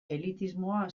elitismoa